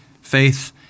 Faith